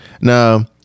Now